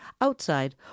Outside